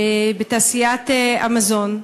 בתעשיית המזון,